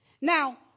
Now